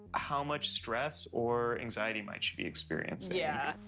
how much stress or anxiety might she be experiencing. yeah.